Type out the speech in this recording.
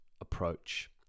approach